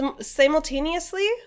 simultaneously